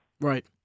Right